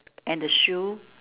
and the shoe